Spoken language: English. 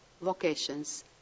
vocations